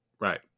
right